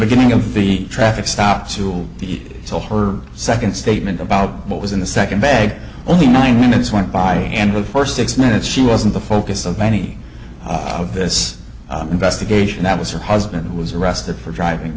beginning of the traffic stop to the to her second statement about what was in the second bag only nine minutes went by and before six minutes she wasn't the focus of any of this investigation that was her husband who was arrested for driving